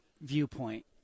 viewpoint